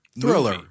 thriller